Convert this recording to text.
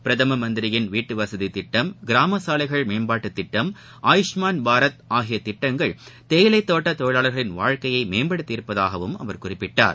பிரதமமந்திரிவீட்டுவசதிதிட்டம் கிராமசாலைகள் மேம்பாட்டுதிட்டம் பாரத் ஆகியதிட்டங்கள் தேயிலைதோட்டதொழிவாளர்களின் வாழக்கையைமேம்படுத்தியுள்ளதாகஅவர் குறிப்பிட்டார்